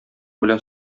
белән